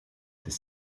this